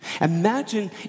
Imagine